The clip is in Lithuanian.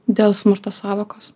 dėl smurto sąvokos